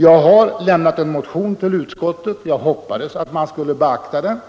Jag har lämnat en motion till utskottet, jag hoppades att man skulle beakta den.